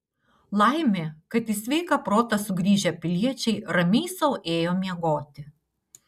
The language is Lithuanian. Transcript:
laimė kad į sveiką protą sugrįžę piliečiai ramiai sau ėjo miegoti